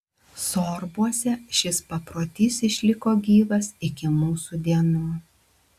sorbuose šis paprotys išliko gyvas iki mūsų dienų